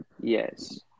yes